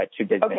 Okay